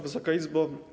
Wysoka Izbo!